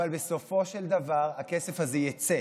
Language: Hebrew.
אבל בסופו של דבר הכסף הזה יצא,